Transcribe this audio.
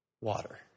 water